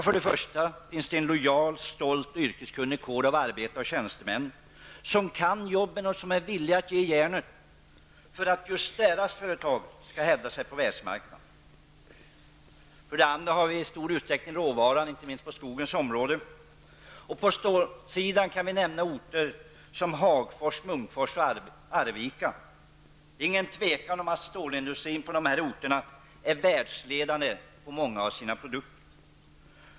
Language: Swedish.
För det första med en lojal stolt yrkeskunnig kår av arbetare och tjänstemän som kan jobben och är villiga att ''ge järnet'' för att just deras företag skall hävda sig på världsmarknaden. För det andra har vi i stor utsträckning råvaror, inte minst på skogens område. På stålsidan kan vi nämna orter som Hagfors, Munkfors och Arvika. Det är inget tvivel om att stålindustrin på dessa orter är världsledande när det gäller många av deras produkter.